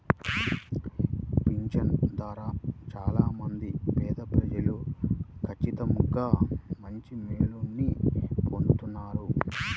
పింఛను ద్వారా చాలా మంది పేదప్రజలు ఖచ్చితంగా మంచి మేలుని పొందుతున్నారు